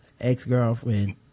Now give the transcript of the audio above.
ex-girlfriend